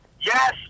yes